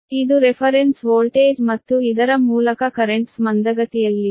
ಇದು reference voltage ಮತ್ತು ಇದರ ಮೂಲಕ ಕರೆಂಟ್ಸ್ ಮಂದಗತಿಯಲ್ಲಿವೆ